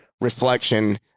reflection